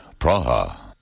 Praha